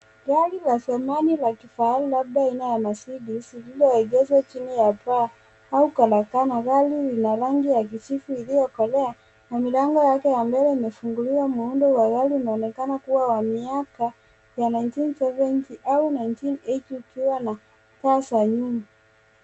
Gari la zamani la kifahari labda aina ya Mercedes lililoegeshwa chini ya paa au karakana. Gari lina rangi ya kijivu iliyokolea na milango yake ya mbele imefunguliwa. Muundo wa gari unaonekana kuwa wa miaka ya nineteen seventy au nineteen eighty kulingana na taa za nyuma.